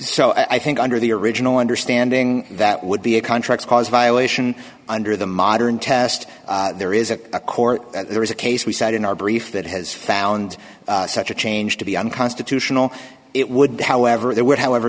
so i think under the original understanding that would be a contract cause violation under the modern test there is a court there is a case we said in our brief that has found such a change to be unconstitutional it would however there would however